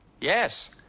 Yes